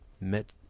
Met